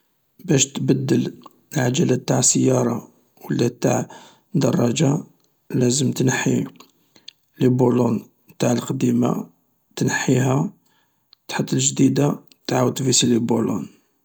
باش تبدل العجلات انتاع السيارة ولا اتاع دراجة لازم تنحي ليبولون انتاع لقديمة، تنحيها تحط الجديدة تعاود تفيسي ليبولون.